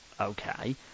okay